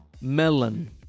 Melon